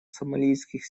сомалийских